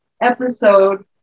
episode